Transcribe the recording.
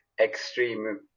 extreme